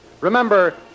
Remember